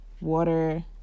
water